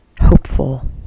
hopeful